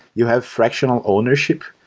you have fractional ownership.